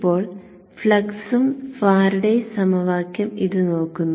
ഇപ്പോൾ ഫ്ലക്സും ഫാരഡേസ് സമവാക്യം ഇത് നോക്കുന്നു